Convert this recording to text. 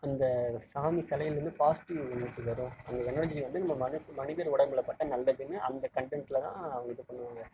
அந்த சாமி சிலையிலேருந்து பாசிட்டிவ் எனர்ஜி வரும் அந்த எனர்ஜி வந்து நம்ம மனது மனிதர் உடம்பில் பட்டால் நல்லதுனு அந்த கன்டென்ட்டில் தான் அவங்க இது பண்ணுவாங்க